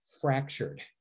fractured